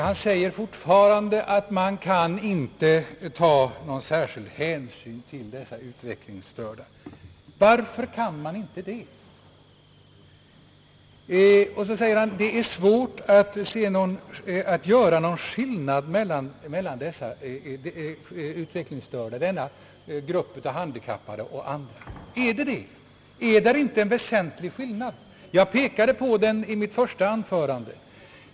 Han säger fortfarande att man inte kan ta någon särskild hänsyn till dessa utvecklingsstörda. Varför kan man inte det? Herr Strand säger att det är svårt att göra någon skillnad mellan denna grupp av handikappade och andra grupper. Är det det? Finns där inte en väsentlig skillnad? Jag pekade på den i mitt första anförande.